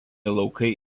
laukai